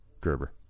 Gerber